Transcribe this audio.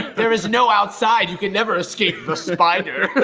there is no outside. you can never escape the spider